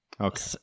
Okay